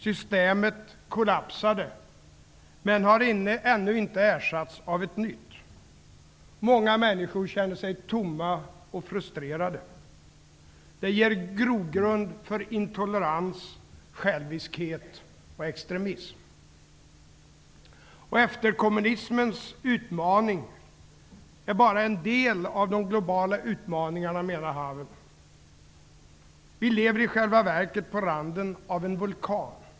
Systemet kollapsade, men har ännu inte ersatts av ett nytt. Många människor känner sig tomma och frustrerade. Det ger grogrund för intolerans, själviskhet och extremism. Efterkommunismens utmaning är bara en del av de globala utmaningarna, menar Havel. Vi lever i själva verket på randen av en vulkan.